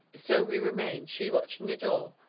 so we remained, she watching the door,